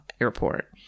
airport